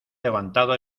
levantado